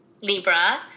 libra